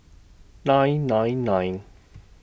nine nine nine